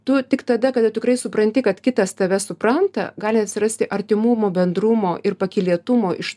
tu tik tada kada tikrai supranti kad kitas tave supranta gali atsirasti artimumo bendrumo ir pakylėtumo iš